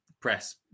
press